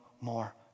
more